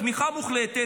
תמיכה מוחלטת,